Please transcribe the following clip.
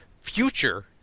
future